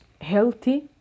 healthy